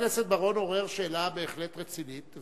חבר הכנסת בר-און עורר שאלה בהחלט רצינית,